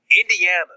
Indiana